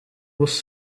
was